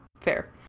Fair